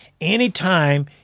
Anytime